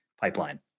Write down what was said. pipeline